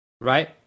right